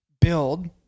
build